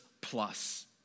plus